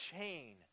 chain